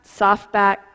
softback